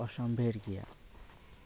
ᱚᱥᱟᱢᱵᱷᱮᱲ ᱜᱮᱭᱟ